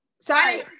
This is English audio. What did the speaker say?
sorry